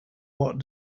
what